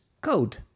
code